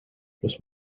los